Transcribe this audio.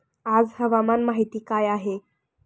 आज हवामान माहिती काय आहे?